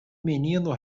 menino